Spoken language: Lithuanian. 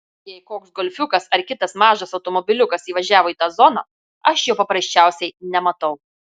jei koks golfiukas ar kitas mažas automobiliukas įvažiavo į tą zoną aš jo paprasčiausiai nematau